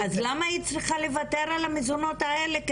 אז למה היא צריכה לוותר על המזונות האלה,